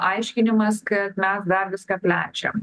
aiškinimas ką mes dar viską plečiam